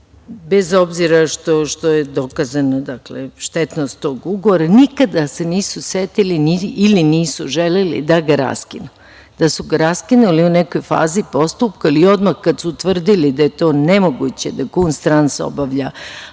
bez obzira što je dokazano, dakle štetnost tog ugovora nikada se nisu setili ili nisu želeli da ga raskinu. Da su ga raskinuli u nekoj fazi postupka ili odmah kad su utvrdili da je to nemoguće da „Kunsttrans“ obavlja